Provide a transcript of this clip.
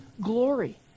glory